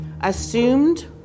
assumed